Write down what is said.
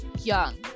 young